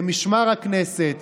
למשמר הכנסת,